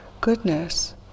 goodness